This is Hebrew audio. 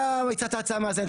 אתה הצעת הצעה מאזנת,